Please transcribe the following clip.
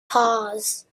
pause